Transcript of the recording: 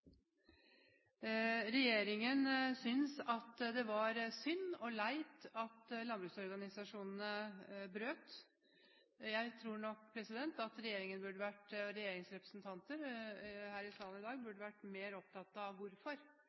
Regjeringen synes at det var synd og leit at landbruksorganisasjonene brøt. Jeg tror nok at regjeringen, og regjeringens representanter her i salen i dag, burde ha vært mer opptatt av hvorfor.